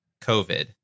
COVID